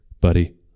buddy